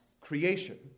creation